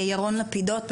ירון לפידות,